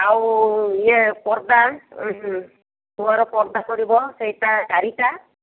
ଆଉ ଇଏ ପରଦା ଘର ପରଦା କରିବ ସେଇଟା ଚାରିଟା